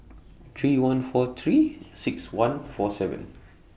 three one four three six one four seven